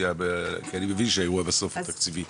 כי אני מבין שהאירוע בסוף הוא תקציבי,